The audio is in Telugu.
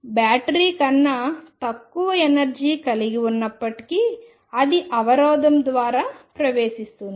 బ్యారియర్ కన్నా తక్కువ ఎనర్జీ కలిగి ఉన్నప్పటికీ అది అవరోధం ద్వారా ప్రవేశిస్తుంది